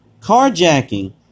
carjacking